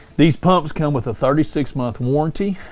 these pumps come with a thirty six month warranty.